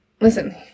listen